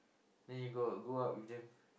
then you got go out with them